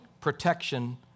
protection